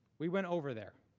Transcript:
we went over there.